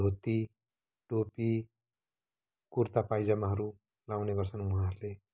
धोती टोपी कुर्ता पाइजामाहरू लाउने गर्छन् उहाँहरूले